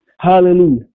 Hallelujah